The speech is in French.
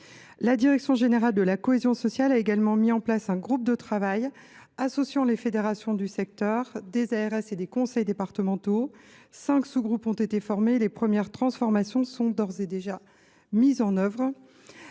La direction générale de la cohésion sociale a également mis en place un groupe de travail associant les fédérations du secteur, des ARS et des conseils départementaux. Cinq sous groupes ont été formés, et les premières transformations sont d’ores et déjà mises en œuvre.